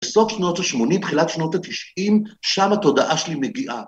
בסוף שנות ה-80, תחילת שנות ה-90, שם התודעה שלי מגיעה.